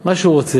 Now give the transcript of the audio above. מה שהוא רוצה.